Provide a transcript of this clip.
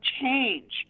change